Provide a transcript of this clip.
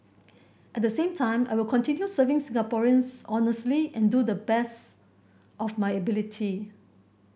at the same time I will continue serving Singaporeans honestly and to the best of my ability